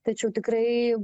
tačiau tikrai